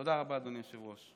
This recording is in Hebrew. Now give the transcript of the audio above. תודה רבה, אדוני היושב-ראש.